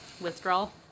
Withdrawal